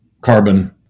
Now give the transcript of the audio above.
carbon